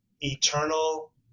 eternal